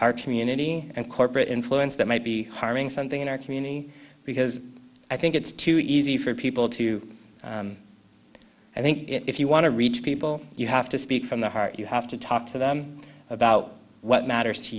our community and corporate influence that might be harming something in our community because i think it's too easy for people to i think if you want to reach people you have to speak from the heart you have to talk to them about what matters to